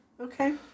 Okay